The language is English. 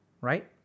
Right